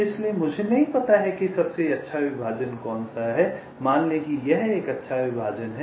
इसलिए मुझे नहीं पता है कि सबसे अच्छा विभाजन कौन सा है मान लें कि यह एक अच्छा विभाजन है